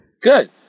Good